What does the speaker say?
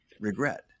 regret